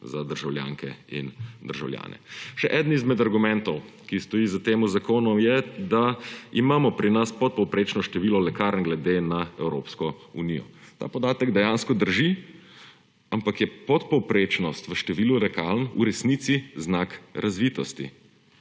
za državljanke in državljane. Še eden izmed argumentov, ki stoji za tem zakonom, je, da imamo pri nas podpovprečno število lekarn glede na Evropsko unijo. Ta podatek dejansko drži, ampak je podpovprečnost v številu lekarn v resnici znak razvitosti.